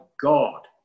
God